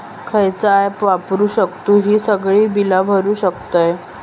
खयचा ऍप वापरू शकतू ही सगळी बीला भरु शकतय?